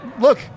look